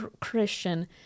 Christian